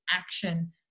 action